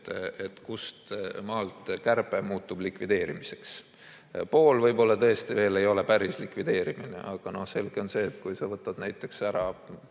see, kustmaalt kärbe muutub likvideerimiseks. Pool võib-olla tõesti veel ei ole päris likvideerimine, aga no selge on, et kui sa võtad